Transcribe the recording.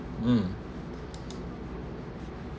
um